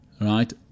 Right